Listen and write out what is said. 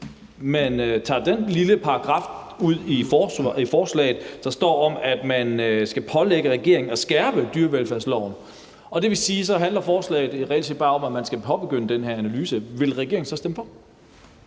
man tager den lille paragraf i forslaget ud, der handler om, at man skal pålægge regeringen at skærpe dyrevelfærdsloven – det vil sige, at forslaget så reelt set bare handler om, at man skal påbegynde den her analyse – vil regeringen så stemme for?